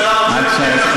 אולי ראש הממשלה רוצה,